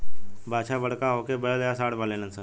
बाछा बड़का होके बैल या सांड बनेलसन